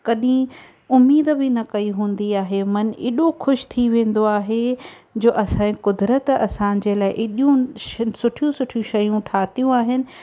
कॾहिं उमेद बि न कई हूंदी आहे मन एॾो ख़ुशि थी वेंदो आहे जो असांजे कुदिरत असांजे लाइ एॾियूं सुठियूं सुठियूं शयूं ठाहियूं आहिनि